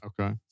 Okay